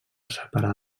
separar